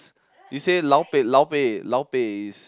you say lao-pei lao-pei lao-pei is